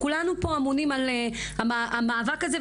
כולנו פה אמונים על המאבק הזה,